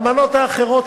האלמנות האחרות,